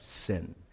sin